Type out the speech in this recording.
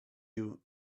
you